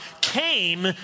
came